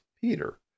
Peter